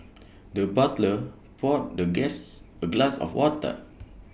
the butler poured the guests A glass of water